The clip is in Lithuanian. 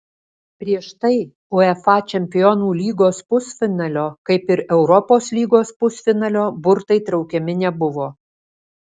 prieš tai uefa čempionų lygos pusfinalio kaip ir europos lygos pusfinalio burtai traukiami nebuvo